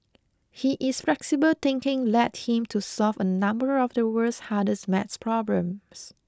he is flexible thinking led him to solve a number of the world's hardest math problems